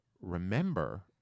remember